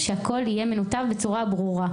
שהכול יהיה מנותב בצורה ברורה.